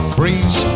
breeze